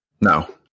No